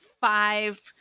five